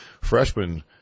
freshman